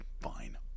fine